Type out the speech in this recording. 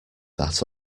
that